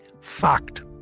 Fact